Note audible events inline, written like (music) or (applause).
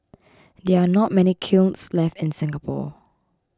(noise) there are not many kilns left in Singapore